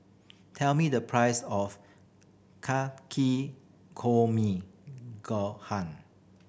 tell me the price of gohan